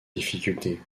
difficulté